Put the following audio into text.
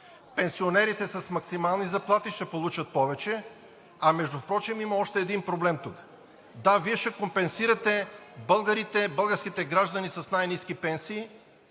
Пенсионерите с максимални заплати ще получат повече, а впрочем има още един проблем тук. Да, Вие ще компенсирате българите, българските граждани с най-ниски пенсии,